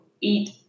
eat